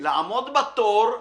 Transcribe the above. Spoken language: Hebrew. לעמוד בתור,